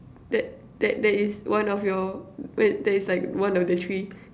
that that is one of your that is like one of the three